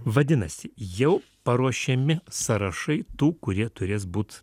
vadinasi jau paruošiami sąrašai tų kurie turės būt